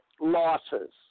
losses